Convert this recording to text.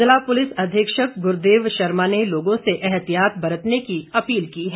जिला पुलिस अधीक्षक गुरदेव शर्मा ने लोगों से एहतियात बरतने की अपील की है